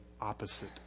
opposite